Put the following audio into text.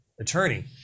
attorney